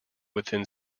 within